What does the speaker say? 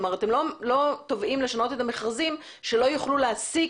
כלומר אתם לא תובעים לשנות את המכרזים שלא יוכלו להעסיק